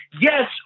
yes